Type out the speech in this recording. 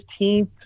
15th